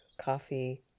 coffee